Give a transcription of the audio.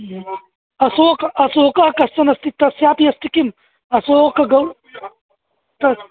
अशोक अशोकः कश्चन अस्ति तस्यापि अस्ति किम् अशोकगौ तत्